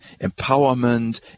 empowerment